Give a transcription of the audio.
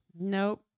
Nope